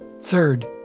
Third